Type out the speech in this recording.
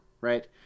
right